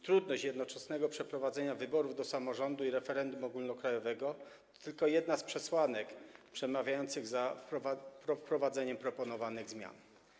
Trudność jednoczesnego przeprowadzenia wyborów do samorządu i referendum ogólnokrajowego to tylko jedna z przesłanek przemawiających za wprowadzeniem proponowanych zmian.